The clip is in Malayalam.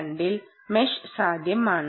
2 യിൽ മെഷ് സാധ്യമാണ്